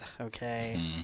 okay